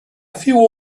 few